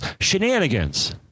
shenanigans